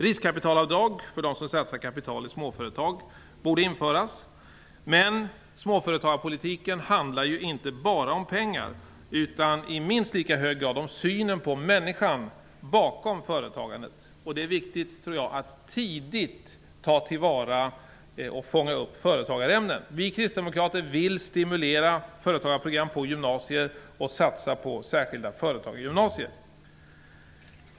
Riskkapitalavdrag för den som satsar kapital i småföretag borde införas. Men småföretagspolitiken handlar inte bara om pengar utan i minst lika hög grad om synen på människan bakom företagandet. Det är viktigt, tror jag, att tidigt ta till vara och fånga upp företagarämnen. Vi kristdemokrater vill stimulera företagarprogram på gymnasier och satsa på särskilda företagargymnasier.